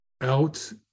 out